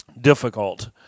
difficult